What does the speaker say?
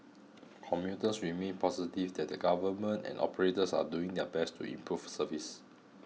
commuters remained positive that the government and operators are doing their best to improve service